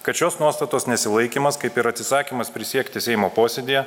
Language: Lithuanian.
kad šios nuostatos nesilaikymas kaip ir atsisakymas prisiekti seimo posėdyje